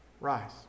rise